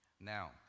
Now